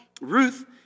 Ruth